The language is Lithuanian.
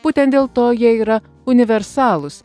būtent dėl to jie yra universalūs